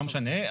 לא משנה,